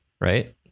right